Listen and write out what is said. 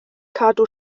cadw